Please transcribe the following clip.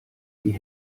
die